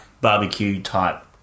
barbecue-type